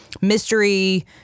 mystery